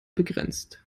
begrenzt